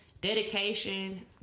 Dedication